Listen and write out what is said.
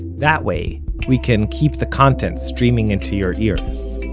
that way we can keep the content streaming into your ears